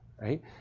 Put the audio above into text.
right